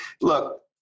Look